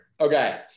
Okay